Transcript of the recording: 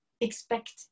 expect